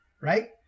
right